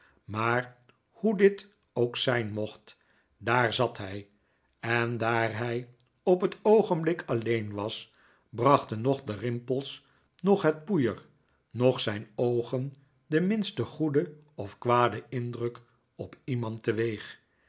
maar hoe dit ook zijn mocht daar zat hij en daar hij op dat oogenblik alleen was brachten noch de rimpels noch het poeier noch zijn oogen den minsten goeden of kwaden indruk op iemand teweeg